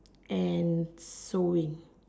and sewing